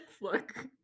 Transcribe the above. Look